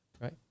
right